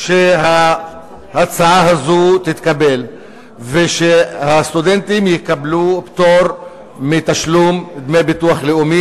שאם ההצעה הזאת תתקבל והסטודנטים יקבלו פטור מתשלום דמי ביטוח לאומי,